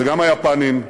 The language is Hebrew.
וגם היפנים,